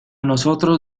nosotros